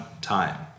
time